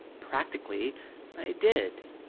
practically i did.